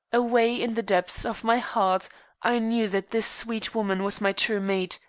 away in the depths of my heart i knew that this sweet woman was my true mate,